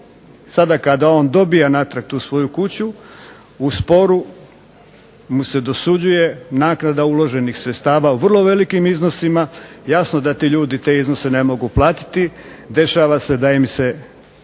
sada kada on dobija natrag tu svoju kuću u sporu mu se dosuđuje naknada uloženih sredstava u vrlo velikim iznosima. Jasno da ti ljudi te iznose ne mogu platiti. Dešava se da im se